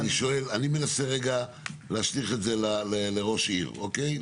אבל אני מנסה רגע להשליך את זה לראש עיר, אוקיי?